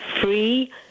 free